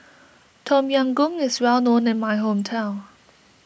Tom Yam Goong is well known in my hometown